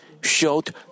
showed